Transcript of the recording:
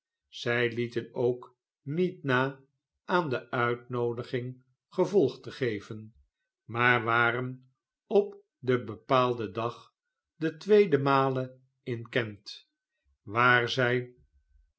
zij lieten ook niet na aan de uitnoodiging gevolg te geven maar waren op den bepaalden dag ten tweeden male in kent zijn